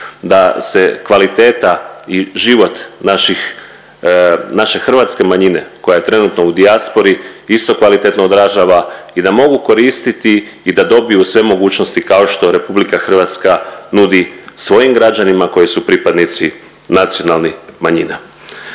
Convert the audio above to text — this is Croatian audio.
da se kvaliteta i život naših, naše hrvatske manjine koja je trenutno u dijaspori isto kvalitetno odražava i da mogu koristiti i da dobiju sve mogućnosti kao što RH nudi svojim građanima koji su pripadnici nacionalnih manjina.